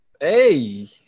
Hey